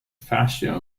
fascia